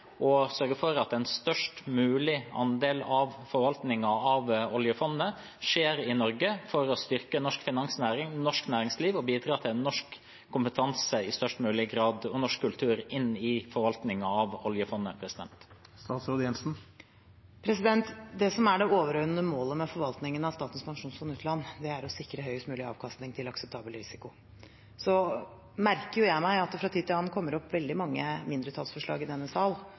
størst mulig andel av forvaltningen av oljefondet skjer i Norge, for å styrke norsk finansnæring og norsk næringsliv og i størst mulig grad bidra til norsk kompetanse og norsk kultur i forvaltningen av oljefondet? Det som er det overordnede målet med forvaltningen av Statens pensjonsfond utland, er å sikre høyest mulig avkastning til en akseptabel risiko. Så merker jeg meg at det fra tid til annen kommer opp veldig mange mindretallsforslag i denne sal